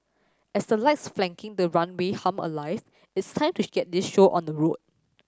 as the lights flanking the runway hum alive it's time to get this show on the road